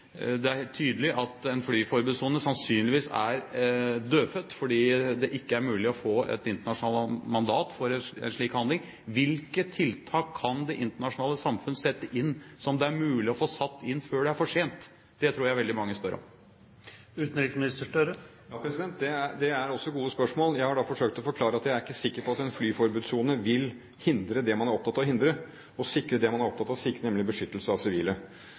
Det er tydelig at en flyforbudssone sannsynligvis er dødfødt, fordi det ikke er mulig å få et internasjonalt mandat for en slik handling. Hvilke tiltak kan det internasjonale samfunn sette inn som det er mulig å få satt inn før det er for sent? Det tror jeg veldig mange spør om. Ja, det er også gode spørsmål. Jeg har da forsøkt å forklare at jeg ikke er sikker på at en flyforbudssone vil hindre det man er opptatt av å hindre, og sikre det man er opptatt av å sikre, nemlig beskyttelse av sivile.